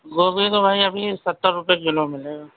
گوبھی تو بھائی ابھی ستر روپئے کلو ملے گا